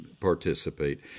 participate